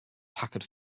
packard